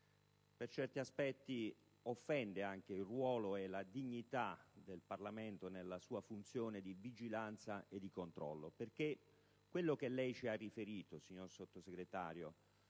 Per certi aspetti offende anche il ruolo e la dignità del Parlamento nella sua funzione di vigilanza e di controllo, perché quello che lei ci ha riferito, signor Sottosegretario,